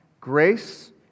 grace